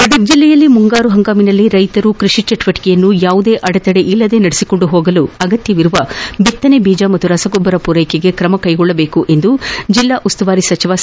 ಗದಗ ಜಿಲ್ಲೆಯಲ್ಲಿ ಮುಂಗಾರು ಹಂಗಾಮಿನಲ್ಲಿ ರೈತರು ಕೃಷಿ ಚಟುವಟಿಕೆಯನ್ನು ಯಾವುದೇ ತಡೆಯಿಲ್ಲದೇ ನಡೆಸಿಕೊಂಡು ಹೋಗಲು ಅಗತ್ತವಿರುವ ಬಿತ್ತನೆ ಬೀಜ ಮತ್ತು ರಸಗೊಬ್ಬರ ಪೂರೈಕೆಗೆ ಕ್ರಮ ಕೈಗೊಳ್ಳುವಂತೆ ಜಿಲ್ಲಾ ಉಸ್ತುವಾರಿ ಸಚಿವ ಸಿ